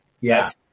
Yes